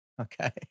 Okay